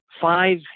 five